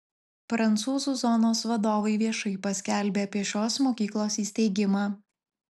prancūzų zonos vadovai viešai paskelbė apie šios mokyklos įsteigimą